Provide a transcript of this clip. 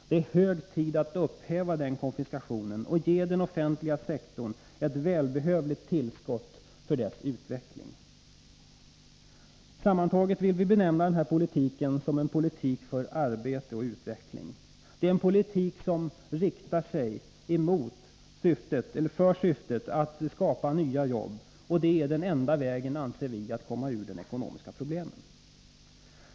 Det är hög tid att upphäva den konfiskationen och ge den offentliga sektorn ett välbehövligt tillskott för dess utveckling. Sammantaget vill vi benämna denna politik som en politik för arbete och utveckling. Det är en politik som har till syfte att skapa nya jobb, och det anser vi är den enda vägen att komma ur de ekonomiska problemen.